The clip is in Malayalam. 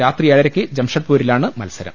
രാത്രി ഏഴരക്ക് ജംഷഡ്പൂരിലാണ് മത്സരം